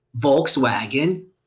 Volkswagen